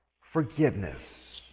forgiveness